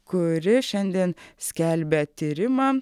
kuri šiandien skelbia tyrimą